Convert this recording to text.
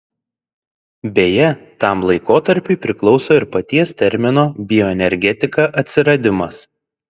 beje tam laikotarpiui priklauso ir paties termino bioenergetika atsiradimas